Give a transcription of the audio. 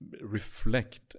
reflect